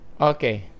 Okay